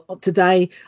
today